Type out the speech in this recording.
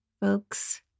folks